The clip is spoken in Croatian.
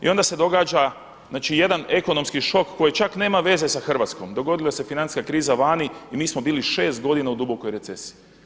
I onda se događa znači jedan ekonomski šok koji čak nema veze sa Hrvatskoj, dogodila se financijska kriza vani i mi smo bili 6 godina u dubokoj recesiji.